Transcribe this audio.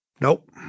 Nope